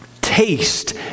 Taste